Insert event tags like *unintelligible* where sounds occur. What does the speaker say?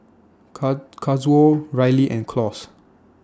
*unintelligible* Kazuo Riley and Claus